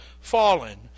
fallen